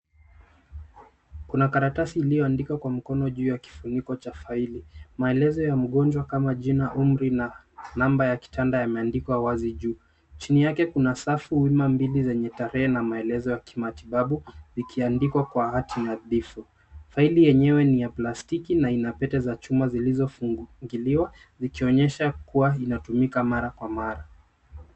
Kuna karatasi iliyoandikwa kwa mkono juu ya kifuniko cha faili. Maelezo ya mgonjwa kama jina, umri na namba ya kitanda yameandikwa wazi juu. Chini yake kuna safu wima mbili zenye tarehe na maelezo ya kimatibabu ikiandikwa kwa hati nadhifu. Faili yenyewe ni ya plastiki na ina pete za chuma zilizofunguliwa likionyesha kuwa inatumika mara kwa mara.